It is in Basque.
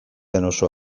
oso